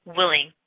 willing